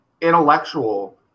intellectual